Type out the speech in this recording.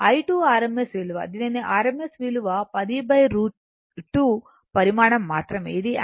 i2 rms విలువ దీని rms విలువ 10 √ 2 పరిమాణం మాత్రమే ఇది యాంపియర్